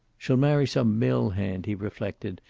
she'll marry some mill-hand, he reflected,